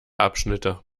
abschnitte